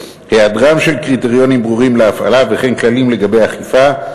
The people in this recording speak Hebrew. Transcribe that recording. קריטריונים ברורים להפעלה וכללים לגבי אכיפה,